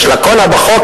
יש לקונה בחוק,